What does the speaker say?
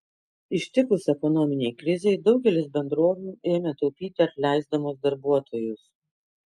ištikus ekonominei krizei daugelis bendrovių ėmė taupyti atleisdamos darbuotojus